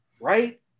right